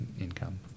income